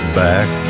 back